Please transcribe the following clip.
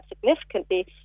significantly